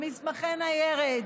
מסמכי ניירת,